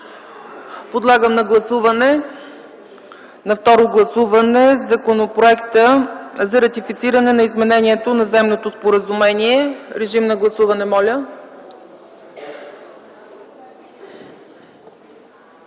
Подлагам на второ гласуване Законопроект за ратифициране на Изменението на Заемното споразумение. Гласували